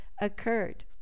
occurred